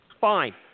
Fine